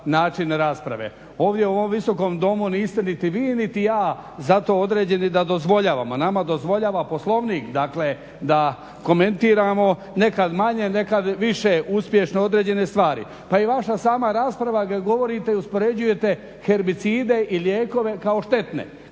način rasprave. Ovdje u ovom Visokom domu niste niti vi niti ja za to određeni da dozvoljavamo, nama dozvoljava Poslovnik, dakle da komentiramo nekad manje, nekad više uspješno određene stvari pa i vaša sama rasprava kad govorite i uspoređujete herbicide i lijekove kao štetne.